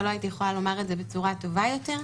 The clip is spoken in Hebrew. ולא הייתי יכולה לומר את זה בצורה טובה יותר,